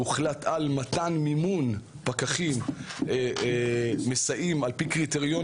הוחלט על מתן מימון פקחים מסייעים על פי קריטריונים